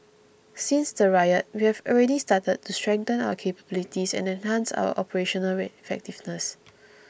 since the riot we have already started to strengthen our capabilities and enhance our operational effectiveness